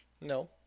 No